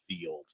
field